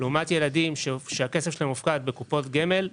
מהסכום שיקבלו ילדים שהכסף שלהם הופקד בקופות גמל,